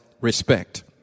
Respect